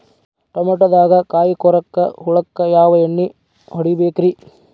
ಟಮಾಟೊದಾಗ ಕಾಯಿಕೊರಕ ಹುಳಕ್ಕ ಯಾವ ಎಣ್ಣಿ ಹೊಡಿಬೇಕ್ರೇ?